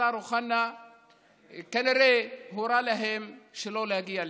השר אוחנה כנראה הורה להם שלא להגיע לשם.